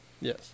Yes